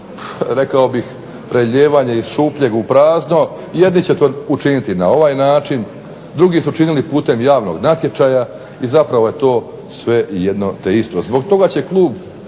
prelijevanje iz šuplje u prazno. Jedni to učiniti na ovaj način, drugi su učinili putem javnog natječaja i zapravo je to sve jedno te isto. Zbog toga će klub